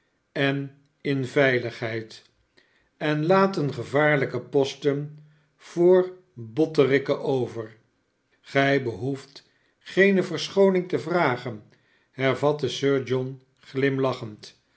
en in veiligheid en laten gevaarlijke posten voor botterikken over gij behoeft geene verschooning te vragen hervatte sir john glimlachend